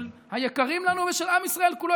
של היקרים לנו ושל עם ישראל כולו.